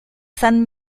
san